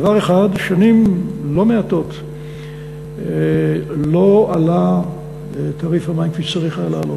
דבר אחד: שנים לא מעטות לא עלה תעריף המים כפי שצריך היה לעלות.